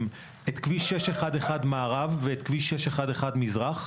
את כביש 611 מערב ואת כביש 611 מזרח,